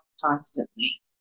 constantly